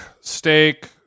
steak